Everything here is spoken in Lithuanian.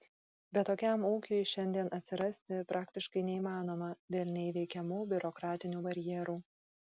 bet tokiam ūkiui šiandien atsirasti praktiškai neįmanoma dėl neįveikiamų biurokratinių barjerų